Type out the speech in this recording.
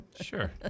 sure